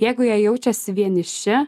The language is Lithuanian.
jeigu jie jaučiasi vieniši